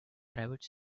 private